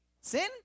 Sin